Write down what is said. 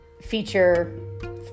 feature